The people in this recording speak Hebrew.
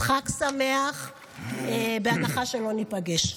אז חג שמח, בהנחה שלא ניפגש.